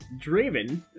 Draven